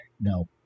No